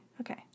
Okay